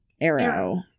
Arrow